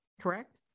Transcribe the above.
Correct